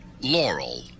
Laurel